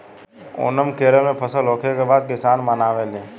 ओनम केरल में फसल होखे के बाद किसान मनावेले